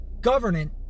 governance